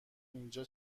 اینجا